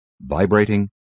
vibrating